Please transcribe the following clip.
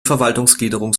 verwaltungsgliederung